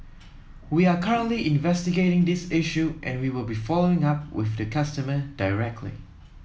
we are currently investigating this issue and we will be following up with the customer directly